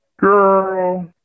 Girl